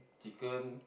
chicken